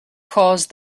caused